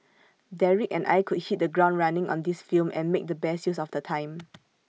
Derek and I could hit the ground running on this film and make the best use of the time